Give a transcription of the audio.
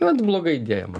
nu vat bloga idėja